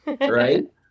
right